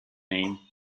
name